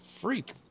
freak